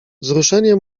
wzruszenie